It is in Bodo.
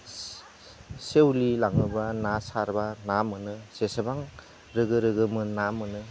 सेवलि लाङोब्ला ना सारब्ला ना मोनो जेसेबां रोगो रोगो मोन ना मोनो